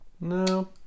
No